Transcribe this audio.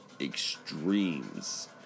extremes